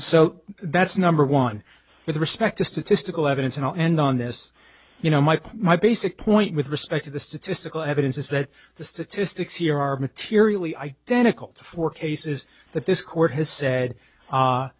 so that's number one with respect to statistical evidence and i'll end on this you know my my basic point with respect to the statistical evidence is that the statistics here are materially i don't tickle to four cases that this court has said